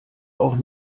auch